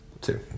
Two